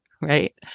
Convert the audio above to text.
right